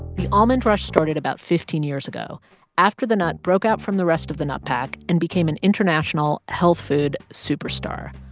the almond rush started about fifteen years ago after the nut broke out from the rest of the nut pack and became an international health food superstar.